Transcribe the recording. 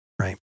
Right